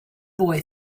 boy